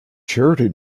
charity